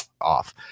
off